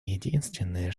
единственное